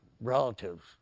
relatives